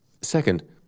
Second